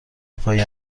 پای